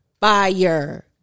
fire